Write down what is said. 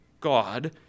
God